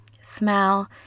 smell